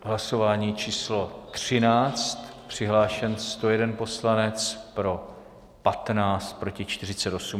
V hlasování číslo 13 přihlášen 101 poslanec, pro 15, proti 48.